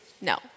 No